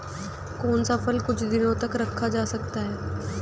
कौन सा फल कुछ दिनों तक रखा जा सकता है?